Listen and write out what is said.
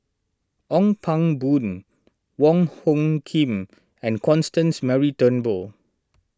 Ong Pang Boon Wong Hung Khim and Constance Mary Turnbull